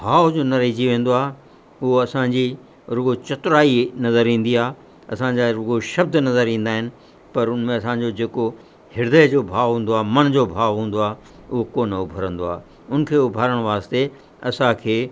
भाव जो न रहिजी वेंदो आहे उहा असांजी वो चतुराई नज़र ईंदी आहे असांजा रुॻो शब्द नज़र ईंदा आहिनि पर उन में असांजो जेको हृद्य जो भाव हूंदो आहे मन जो भाव हूंदो आहे उहो कोन उभरंदो आहे उन खे उभारण वास्ते असांखे